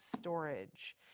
storage